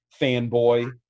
fanboy